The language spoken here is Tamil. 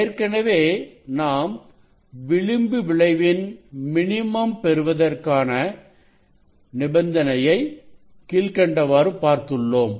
ஏற்கனவே நாம் விளிம்பு விளைவின் மினிமம் பெறுவதற்கான கீழ்க்கண்ட நிபந்தனையை பார்த்துள்ளோம்